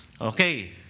Okay